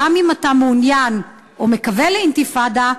גם אם אתה מעוניין או מקווה לאינתיפאדה,